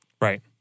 Right